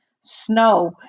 snow